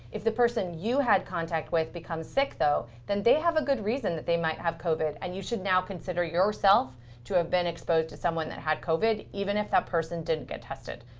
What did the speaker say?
if the person, you had contact with becomes sick, though, then they have a good reason that they might have covid, and you should now consider yourself to have been exposed to someone that had covid, even if that person didn't get tested.